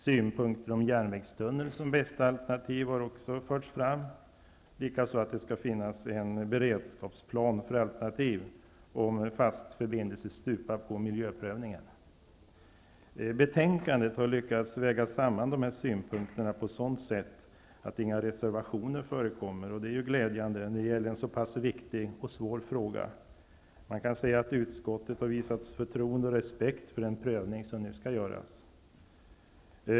Synpunkter om att en järnvägstunnel är det bästa alternativet har också förts fram, liksom att det skall finnas en beredskapsplan för alternativ om en fast förbindelse stupar på miljöprövningen. I betänkandet har utskottet lyckats väga samman dessa synpunkter på ett sådant sätt att inga reservationer förekommer, och det är ju glädjande när det gäller en så pass viktig och svår fråga. Man kan säga att utskottet har visats förtroende och respekt för den prövning som nu skall göras.